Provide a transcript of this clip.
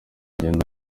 igenda